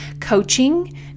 coaching